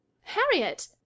Harriet